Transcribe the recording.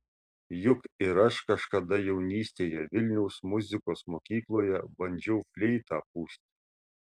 juk ir aš kažkada jaunystėje vilniaus muzikos mokykloje bandžiau fleitą pūsti